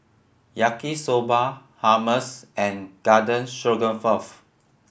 Yaki Soba Hummus and Garden Stroganoff